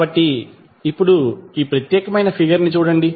కాబట్టి ఇప్పుడు ఈ ప్రత్యేకమైన ఫిగర్ ని చూడండి